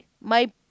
My-